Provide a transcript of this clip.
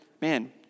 man